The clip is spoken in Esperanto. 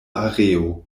areo